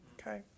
Okay